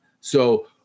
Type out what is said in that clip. So-